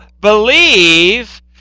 believe